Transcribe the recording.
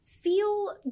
feel